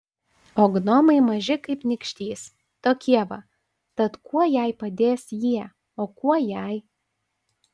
o gnomai maži kaip nykštys tokie va tad kuo jai padės jie o kuo jai